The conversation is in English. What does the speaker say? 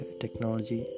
technology